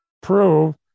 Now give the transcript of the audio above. prove